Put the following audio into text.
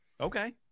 okay